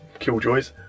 Killjoys